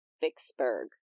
Vicksburg